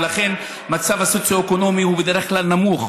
ולכן המצב הסוציו-אקונומי הוא בדרך כלל נמוך,